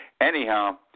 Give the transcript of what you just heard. Anyhow